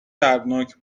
دردناک